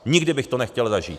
Nikdy bych to nechtěl zažít.